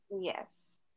Yes